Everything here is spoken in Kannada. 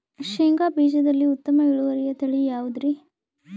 ಶೇಂಗಾ ಬೇಜದಲ್ಲಿ ಉತ್ತಮ ಇಳುವರಿಯ ತಳಿ ಯಾವುದುರಿ?